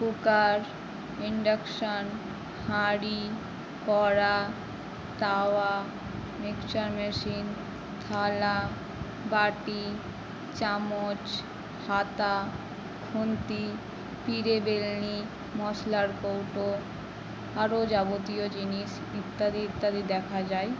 cooker induction হাঁড়ি কড়া তাওয়া মিক্সটার মেশিন থালা বাটি চামচ হাতা খুন্তি পিঁড়ে বেলনি মশলার কৌটো আরও যাবতীয় জিনিস ইত্যাদি ইত্যাদি দেখা যাই